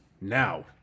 now